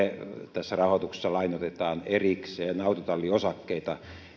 rahoituksessa lainoitetaan erikseen autotalliosakkeita